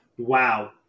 Wow